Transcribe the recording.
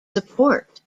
support